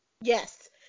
Yes